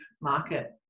market